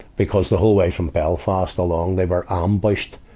because the whole way from belfast along, they were ambushed.